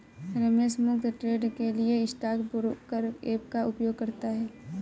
रमेश मुफ्त ट्रेड के लिए स्टॉक ब्रोकर ऐप का उपयोग करता है